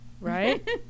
Right